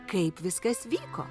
kaip viskas vyko